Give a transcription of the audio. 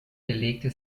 belegte